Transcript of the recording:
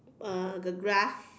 uh the grass